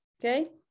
Okay